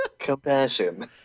compassion